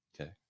Okay